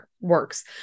works